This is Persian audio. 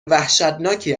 وحشتناکی